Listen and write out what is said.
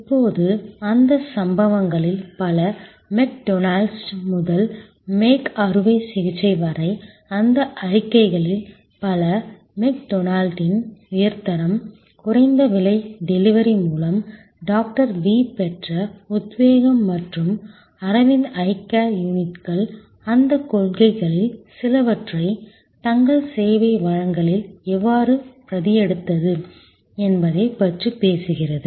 இப்போது அந்தச் சம்பவங்களில் பல மெக்டொனால்ட்ஸ் முதல் மேக் அறுவை சிகிச்சை வரை அந்த அறிக்கைகளில் பல மெக்டொனால்டின் உயர் தரம் குறைந்த விலை டெலிவரி மூலம் டாக்டர் வி பெற்ற உத்வேகம் மற்றும் அரவிந்த் ஐ கேர் யூனிட்கள் அந்தக் கொள்கைகளில் சிலவற்றைத் தங்கள் சேவை வழங்கலில் எவ்வாறு பிரதியெடுத்தது என்பதைப் பற்றி பேசுகிறது